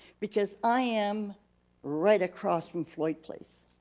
because i am right across from floyd place.